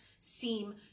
seem